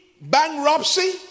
bankruptcy